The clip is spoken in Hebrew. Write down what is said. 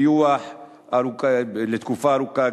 ניוח לתקופה ארוכה,